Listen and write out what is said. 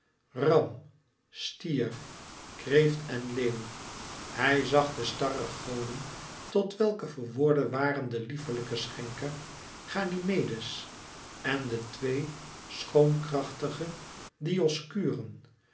stier kreeft en leeuw hij zag de starregoden tot welke verworden waren de lieflijke schenker ganymedes en de twee schoonkrachtige dioskuren de